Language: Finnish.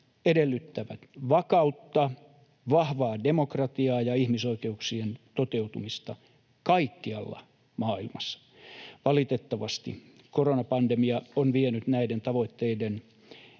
edellyttää vakautta, vahvaa demokratiaa ja ihmisoikeuksien toteutumista kaikkialla maailmassa. Valitettavasti koronapandemia on vienyt näiden tavoitteiden